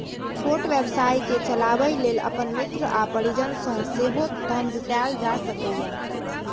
छोट व्यवसाय कें चलाबै लेल अपन मित्र आ परिजन सं सेहो धन जुटायल जा सकैए